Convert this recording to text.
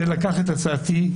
שלקח את הצעתי,